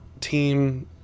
team